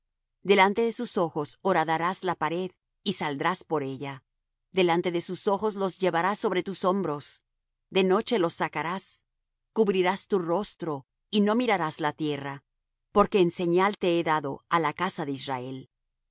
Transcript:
delante de sus ojos horadarás la pared y saldrás por ella delante de sus ojos los llevarás sobre tus hombros de noche los sacarás cubrirás tu rostro y no mirarás la tierra porque en señal te he dado á la casa de israel